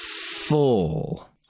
full